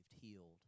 healed